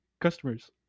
customers